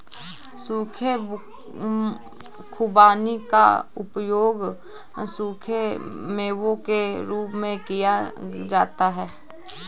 सूखे खुबानी का उपयोग सूखे मेवों के रूप में किया जाता है